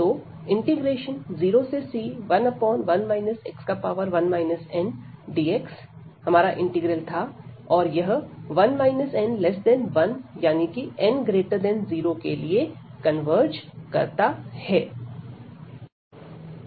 तो 0c11 ndx हमारा integral था और यह 1 n1 यानी कि n0 के लिए कन्वर्ज करता है